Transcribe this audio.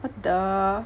what the